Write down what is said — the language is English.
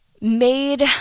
made